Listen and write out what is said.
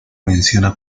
menciona